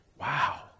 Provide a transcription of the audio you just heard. Wow